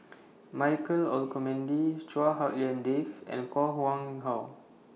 Michael Olcomendy Chua Hak Lien Dave and Koh Nguang How